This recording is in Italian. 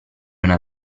una